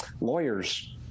lawyers—